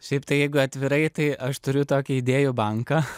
šiaip tai jeigu atvirai tai aš turiu tokią idėjų banką